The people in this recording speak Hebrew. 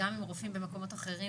גם אם רופאים במקומות אחרים,